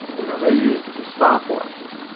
you know, they use the stopwatches.